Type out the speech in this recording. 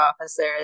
officers